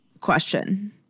question